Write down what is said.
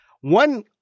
One